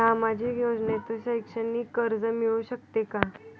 सामाजिक योजनेतून शैक्षणिक कर्ज मिळू शकते का?